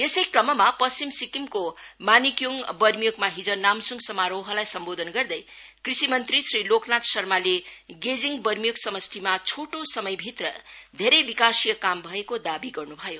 यसै क्रममा पश्चिम सिक्किमको मानिक्योङ बर्मियोकमा हिज नामसुङ समारोहलाई सम्बोधन गर्दै कृषि मंत्री श्री लोकनाथ शर्माले गेजिङ वर्मियोक समष्टिमा छोटो समयभित्र धेरै विकासीय काम भएको दावी गर्नुभयो